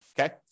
Okay